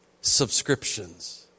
Subscriptions